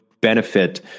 benefit